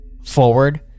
Forward